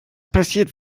passiert